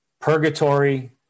purgatory